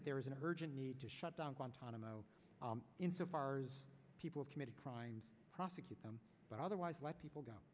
that there is an urgent need to shut down guantanamo insofar as people committed crimes prosecute them but otherwise let people go